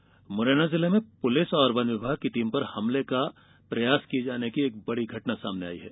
one हमला मुरैना जिले में पुलिस और वन विभाग की टीम पर हमले का प्रयास किये जाने की एक बडी घटना सामने आयी है